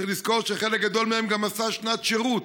צריך לזכור שחלק גדול מהם גם עושים שנת שירות.